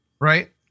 Right